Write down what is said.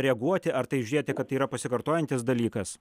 reaguoti ar tai žiūrėti kad tai yra pasikartojantis dalykas